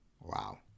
Wow